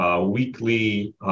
weekly